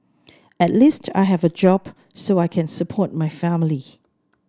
at least I have a job so I can support my family